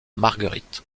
marguerite